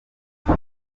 they